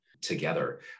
together